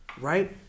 right